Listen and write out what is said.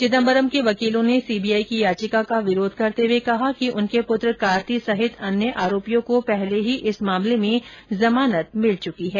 चिदम्बरम के वकीलों ने सीबीआई की याचिका का विरोध करते हुए कहा कि उनके पूत्र कार्ति सहित अन्य आरोपियों को पहले ही इस मामले में जमानत मिल चुकी है